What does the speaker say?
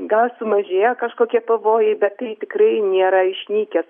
gal sumažėjo kažkokie pavojai bet tai tikrai nėra išnykęs